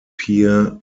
pere